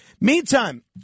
Meantime